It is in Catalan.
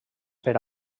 per